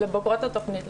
לבוגרות התוכנית,